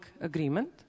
agreement